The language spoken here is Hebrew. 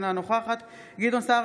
אינה נוכחת גדעון סער,